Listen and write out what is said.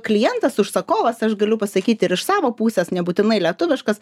klientas užsakovas aš galiu pasakyt ir iš savo pusės nebūtinai lietuviškas